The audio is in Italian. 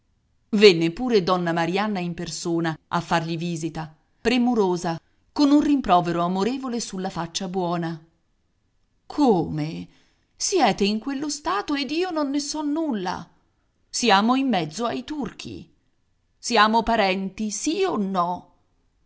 venne pure donna marianna in persona a fargli visita premurosa con un rimprovero amorevole sulla faccia buona come siete in quello stato ed io non ne so nulla siamo in mezzo ai turchi siamo parenti sì o no